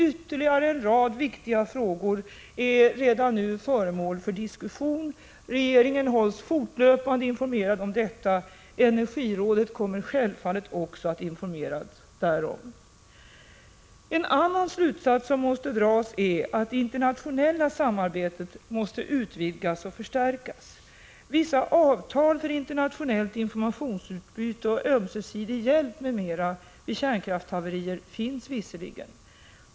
Ytterligare en rad viktiga åtgärder är redan nu föremål för diskussion. Regeringen hålls fortlöpande informerad om detta. Energirådet kommer självfallet också att informeras därom. En annan slutsats som måste dras är att det internationella samarbetet måste utvidgas och förstärkas. Vissa avtal för internationellt informationsutbyte och ömsesidig hjälp m.m. vid kärnkraftshaverier finns visserligen.